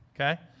okay